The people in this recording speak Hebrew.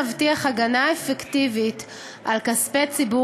כדי להבטיח הגנה אפקטיבית על כספי ציבור